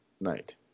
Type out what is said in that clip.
night